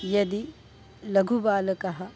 यदि लघुबालकः